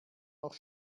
noch